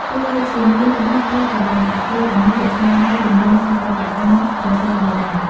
ទោះបីជាមានទំហំតូចក៏ដោយ អគារទាំងនេះរក្សានូវទម្រង់ស្ថាបត្យកម្មប្រាសាទបុរាណ។